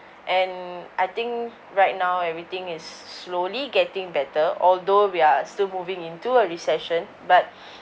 and I think right now everything is slowly getting better although we are still moving into a recession but